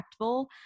impactful